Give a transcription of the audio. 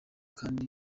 kandi